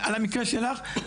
על המקרה שלך,